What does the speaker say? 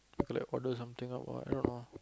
feel like order something out ah I don't know